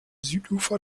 südufer